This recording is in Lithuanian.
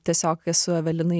tiesiog esu evelinai